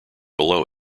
below